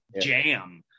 jam